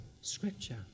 scripture